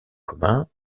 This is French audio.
commun